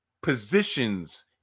positions